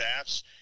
stats –